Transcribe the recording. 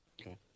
okay